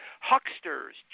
hucksters